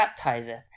baptizeth